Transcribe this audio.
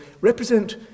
represent